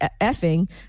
effing